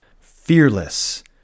Fearless